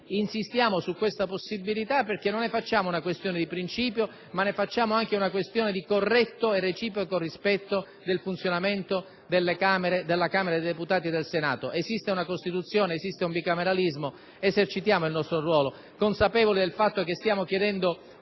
insistiamo su questa possibilità. Non ne facciamo una questione di principio, ma una questione di corretto e reciproco rispetto del funzionamento della Camera e del Senato. Esiste una Costituzione, esiste un bicameralismo: esercitiamo il nostro ruolo consapevoli del fatto che stiamo chiedendo